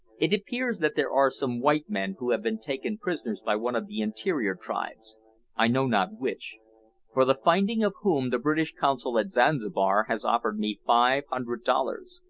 it appears that there are some white men who have been taken prisoners by one of the interior tribes i know not which for the finding of whom the british consul at zanzibar has offered me five hundred dollars.